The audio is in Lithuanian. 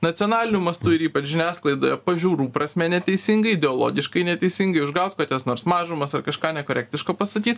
nacionaliniu mastu ir ypač žiniasklaidoje pažiūrų prasme neteisingai ideologiškai neteisingai užgaut kokias nors mažumas ar kažką nekorektiško pasakyt